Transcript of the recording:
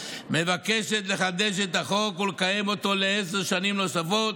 מבקשת לחדש את החוק ולקיים אותו לעשר שנים נוספות.